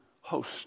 host